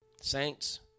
Saints